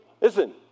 Listen